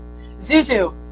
Zuzu